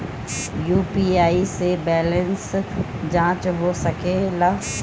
UPI से balance जाँच हो सके ला?